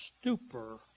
stupor